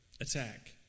attack